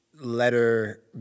letter